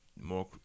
more